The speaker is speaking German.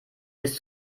bis